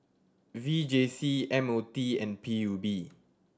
V J C M O T and P U B